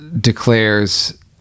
declares